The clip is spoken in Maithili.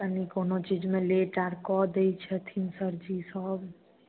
कनी कोनो चीजमे लेट आर कऽ दै छथिन सर जी सब